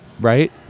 Right